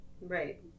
Right